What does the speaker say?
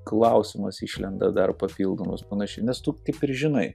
klausimas išlenda dar papildomas panašiai nes tu taip ir žinai